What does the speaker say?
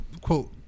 quote